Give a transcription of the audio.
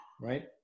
right